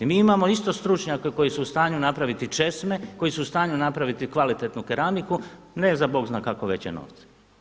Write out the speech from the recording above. Mi imamo isto stručnjake koji su u stanju napraviti česme, koji su u stanju napraviti kvalitetnu keramiku ne za bog zna kako veće novce.